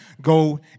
Go